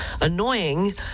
annoying